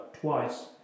twice